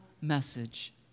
message